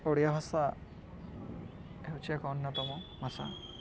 ଓଡ଼ିଆ ଭାଷା ହେଉଚି ଏକ ଅନ୍ୟତମ ଭାଷା